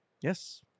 Yes